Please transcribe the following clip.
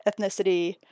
ethnicity